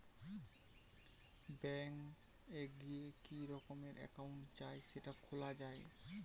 bank এ গিয়ে কি রকমের একাউন্ট চাই সেটা খোলা যায়